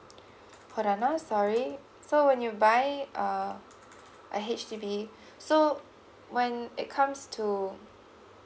hold on ah sorry so when you buy uh a H_D_B so when it comes to